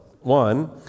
One